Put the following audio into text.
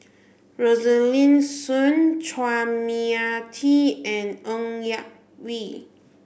Rosaline Soon Chua Mia Tee and Ng Yak Whee